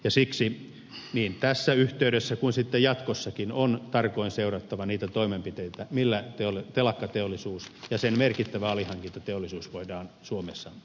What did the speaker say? siksi niin tässä yhteydessä kuin sitten jatkossakin on tarkoin seurattava niitä toimenpiteitä joilla telakkateollisuus ja sen merkittävä alihankintateollisuus voidaan suomessa pitää